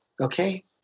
okay